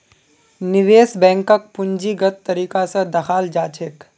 निवेश बैंकक पूंजीगत तरीका स दखाल जा छेक